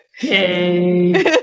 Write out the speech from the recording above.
Yay